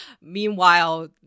Meanwhile